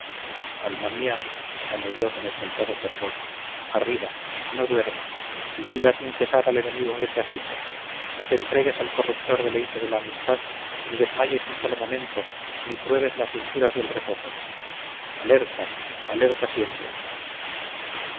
alma mía añadió con exaltado fervor arriba no duermas vigila sin cesar al enemigo que te acecha no te entregues al corruptor deleite de la amistad ni desmayes un solo momento ni pruebes las dulzuras del reposo alerta alerta siempre